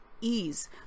ease